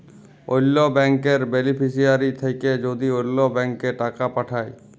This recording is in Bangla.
অল্য ব্যাংকের বেলিফিশিয়ারি থ্যাকে যদি অল্য ব্যাংকে টাকা পাঠায়